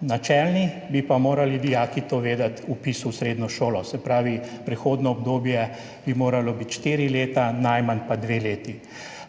načelni, bi pa morali dijaki to vedeti ob vpisu v srednjo šolo, se pravi, prehodno obdobje bi moralo biti štiri leta, najmanj pa dve leti.